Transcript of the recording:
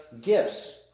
gifts